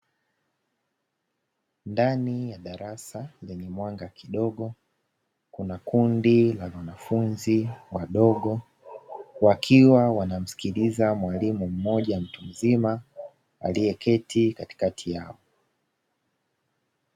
Ndani ya darasa lenye mwanga kidogo, kuna kundi la wanafunzi wadogo; wakiwa wanamsikiliza mwalimu mmoja mtu mzima, aliyeketi katikati yao.